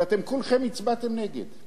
ואתם כולכם הצבעתם נגד.